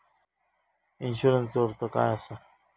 इन्शुरन्सचो अर्थ काय असा?